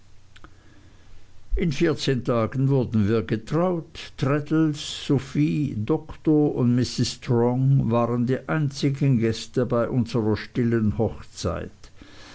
in vierzehn tagen wurden wir getraut traddles sophie doktor und mrs strong waren die einzigen gäste bei unserer stillen hochzeit